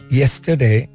yesterday